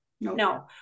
No